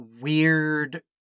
weird